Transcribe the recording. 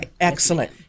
excellent